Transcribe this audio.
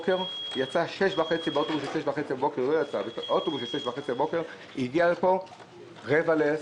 היא יצאה באוטובוס של 6:30 בבוקר והגיעה לפה ב-09:45.